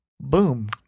Boom